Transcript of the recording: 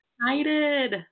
excited